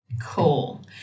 cool